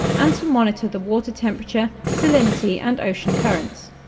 and to monitor the water temperature, salinity and ocean currents.